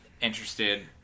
interested